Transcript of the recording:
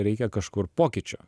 reikia kažkur pokyčio